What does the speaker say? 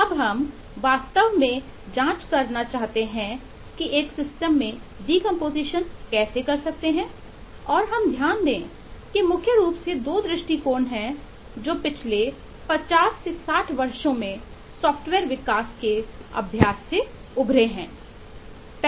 अब हम वास्तव में जांच करना चाहते हैं कि एक सिस्टम में डीकंपोजिशन कैसे कर सकते हैं और हम ध्यान दें कि मुख्य रूप से 2 दृष्टिकोण हैं जो पिछले 50 60 वर्षों में सॉफ्टवेयर विकास के अभ्यास उभरे है